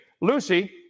Lucy